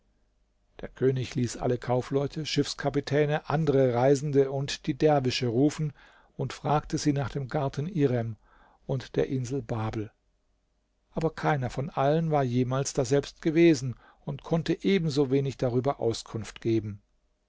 der könig ließ alle kaufleute schiffskapitäne andere reisende und die derwische rufen und fragte sie nach dem garten irem und der insel babel aber keiner von allen war jemals daselbst gewesen und konnte ebensowenig darüber auskunft geben